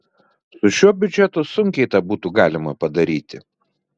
su šiuo biudžetu sunkiai tą būtų galima padaryti